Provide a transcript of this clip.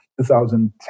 2010